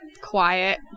quiet